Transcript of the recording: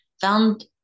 found